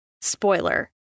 spoiler